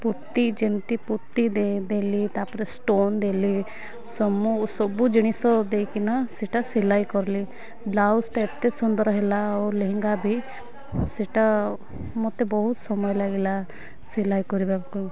ପୋତି ଯେମିତି ପୁତି ଦେଲି ତା'ପରେ ଷ୍ଟୋନ୍ ଦେଲି ସବୁ ଜିନିଷ ଦେଇକିନା ସେଇଟା ସିଲେଇ କଲି ବ୍ଲାଉଜ୍ଟା ଏତେ ସୁନ୍ଦର ହେଲା ଆଉ ଲେହେଙ୍ଗା ବି ସେଇଟା ମତେ ବହୁତ ସମୟ ଲାଗିଲା ସିଲେଇ କରିବାକୁ